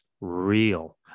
real